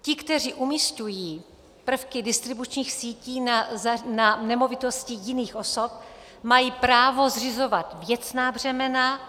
Ti, kteří umísťují prvky distribučních sítí na nemovitosti jiných osob, mají právo zřizovat věcná břemena.